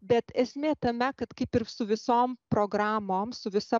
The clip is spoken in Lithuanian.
bet esmė tame kad kaip ir su visom programom su visa